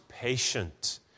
patient